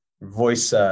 voice